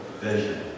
vision